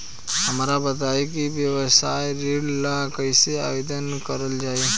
हमरा बताई कि व्यवसाय ऋण ला कइसे आवेदन करल जाई?